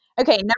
Okay